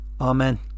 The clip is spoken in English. amen